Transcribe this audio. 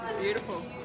Beautiful